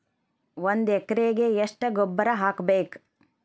ಒಂದ್ ಎಕರೆಗೆ ಎಷ್ಟ ಗೊಬ್ಬರ ಹಾಕ್ಬೇಕ್?